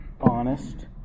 honest